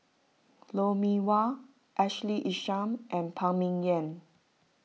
Lou Mee Wah Ashley Isham and Phan Ming Yen